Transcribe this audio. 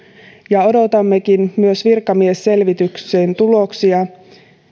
ja odotammekin myös virkamiesselvityksen tuloksia